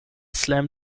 slam